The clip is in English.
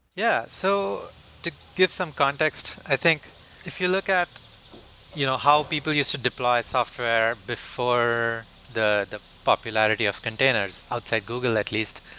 yeah so to give some context, i think if you look at you know how people used to deploy software before the the popularity of containers outside google at least,